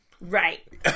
Right